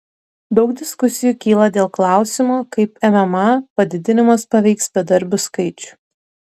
daug diskusijų kyla dėl klausimo kaip mma padidinimas paveiks bedarbių skaičių